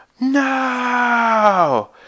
No